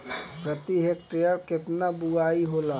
प्रति हेक्टेयर केतना बुआई होला?